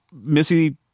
missy